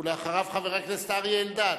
אחריו, חבר הכנסת אריה אלדד.